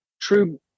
True